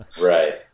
Right